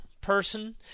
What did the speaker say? person